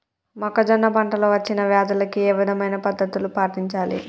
మొక్కజొన్న పంట లో వచ్చిన వ్యాధులకి ఏ విధమైన పద్ధతులు పాటించాలి?